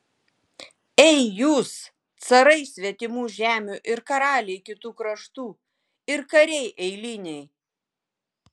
ei jūs carai svetimų žemių ir karaliai kitų kraštų ir kariai eiliniai